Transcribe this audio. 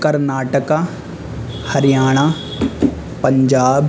Karnataka Haryana Punjab